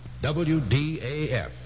WDAF